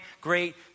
great